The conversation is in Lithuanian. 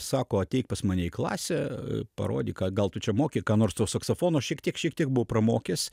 sako ateik pas mane į klasę parodyk ką gal tu čia moki ką nors to saksofono šiek tiek šiek tiek buvau pramokęs